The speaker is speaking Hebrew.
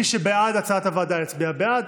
מי שבעד הצעת הוועדה, יצביע בעד.